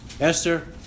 Esther